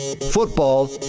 football